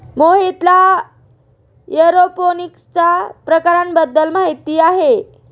मोहितला एरोपोनिक्सच्या प्रकारांबद्दल माहिती आहे